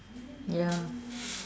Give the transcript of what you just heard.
ya